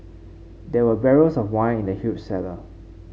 there were barrels of wine in the huge cellar